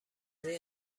این